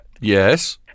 Yes